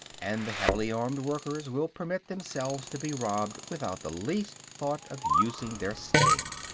and the heavily-armed workers will permit themselves to be robbed without the least thought of using their sting.